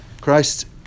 Christ